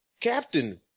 Captain